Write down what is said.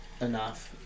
enough